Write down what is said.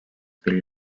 bir